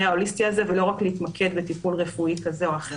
ההוליסטי הזה ולא רק להתמקד בטיפול רפואי כזה או אחר.